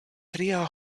tria